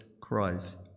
Christ